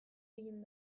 egin